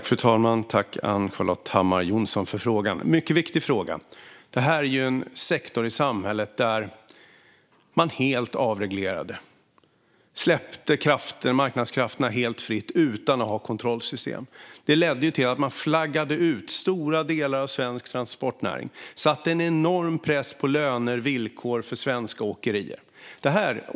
Fru talman! Tack, Ann-Charlotte Hammar Johnsson, för frågan! Det är en mycket viktig fråga. Detta är en sektor i samhället där man helt avreglerade. Man släppte marknadskrafterna helt fria utan att ha kontrollsystem. Det ledde till att man flaggade ut stora delar av svensk transportnäring och satte en enorm press på löner och villkor för svenska åkerier.